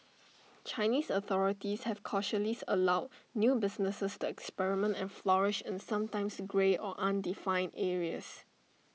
Chinese authorities have cautiously allowed new businesses to experiment and flourish in sometimes grey or undefined areas